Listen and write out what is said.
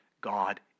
God